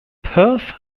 perth